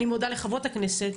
אני מודה לחברות הכנסת.